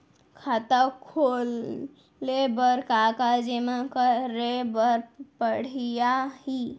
खाता खोले बर का का जेमा करे बर पढ़इया ही?